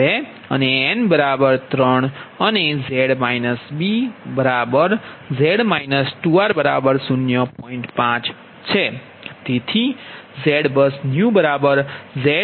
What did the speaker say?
તેથી j 2 અને n 3 અને Z bZ 2r0